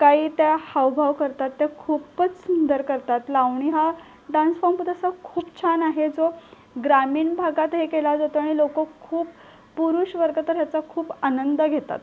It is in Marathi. काही त्या हावभाव करतात त्या खूपच सुंदर करतात लावणी हा डांस फॉर्म पण तसा खूप छान आहे जो ग्रामीण भागात हे केला जातो आणि लोकं खूप पुरुष वर्ग तर ह्याचा खूप आनंद घेतात